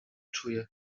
czuje